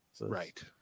right